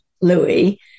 Louis